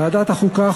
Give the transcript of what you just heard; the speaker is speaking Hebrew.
ועדת החוקה,